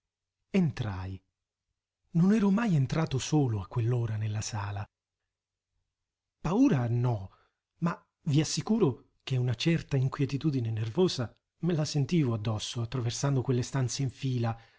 entrai non ero mai entrato solo a quell'ora nella sala paura no ma vi assicuro che una certa inquietudine nervosa me la sentivo addosso attraversando quelle stanze in fila